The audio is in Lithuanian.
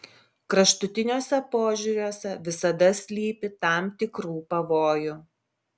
kraštutiniuose požiūriuose visada slypi tam tikrų pavojų